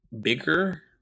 bigger